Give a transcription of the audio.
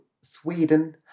Sweden